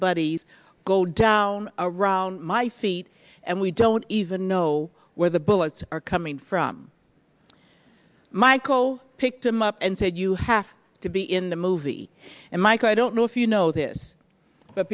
buddies go down around my feet and we don't even know where the bullets are coming from michael picked him up and said you have to be in the movie and mike i don't know if you know this but